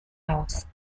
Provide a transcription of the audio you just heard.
aus